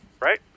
right